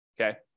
okay